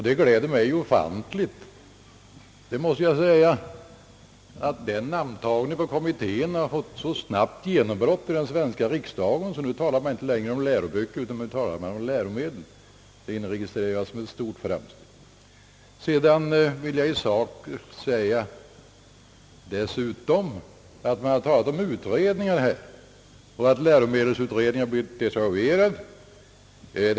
Det gläder mig mycket, det måste jag säga, att kommitténs namn så snabbt har slagit igenom i den svenska riksdagen att man nu inte längre talar om läroböcker utan om läromedel; det inregistrerar jag som ett stort framsteg. Därutöver vill jag säga några ord i själva sakfrågan. Det har här talats om utredningar, och det har sagts att läromedelsutredningen blivit desavuerad.